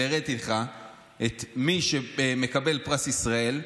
והראיתי לך את מי שמקבל פרס ישראל,